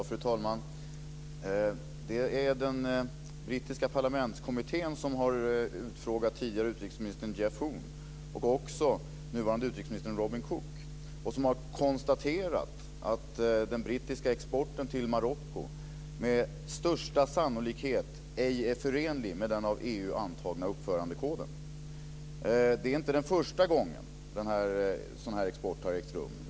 Fru talman! Det är den brittiska parlamentskommittén som har utfrågat den tidigare utrikesministern Cook. Man har konstaterat att den brittiska exporten till Marocko med största sannolikhet ej är förenlig med den av EU antagna uppförandekoden. Det är inte första gången som sådan här export har ägt rum.